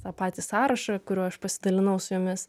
tą patį sąrašą kuriuo aš pasidalinau su jumis